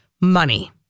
money